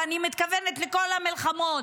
ואני מתכוונת לכל המלחמות.